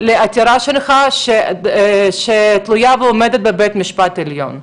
לעתירה שלך שתלויה ועומדת בבית המשפט העליון.